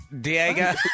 Diego